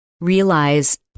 realize